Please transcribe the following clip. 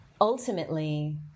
ultimately